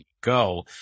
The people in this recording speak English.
go